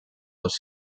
dos